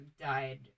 died